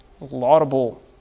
laudable